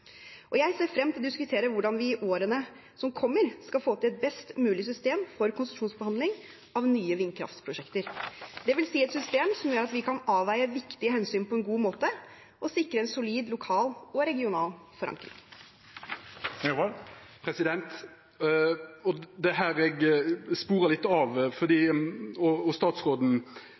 Jeg ser frem til å diskutere hvordan vi i årene som kommer, skal få til et best mulig system for konsesjonsbehandling av nye vindkraftprosjekter, dvs. et system som gjør at vi kan avveie viktige hensyn på en god måte og sikre en solid lokal og regional forankring. Det er her eg sporar litt av. Statsråden legg jo til grunn at det